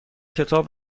کتاب